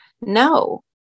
No